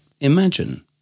imagine